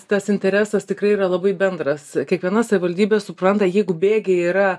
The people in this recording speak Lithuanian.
tas interesas tikrai yra labai bendras kiekviena savivaldybė supranta jeigu bėgiai yra